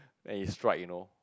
then he strike you know